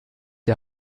die